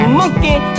monkey